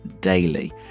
daily